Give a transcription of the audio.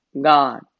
God